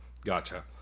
Gotcha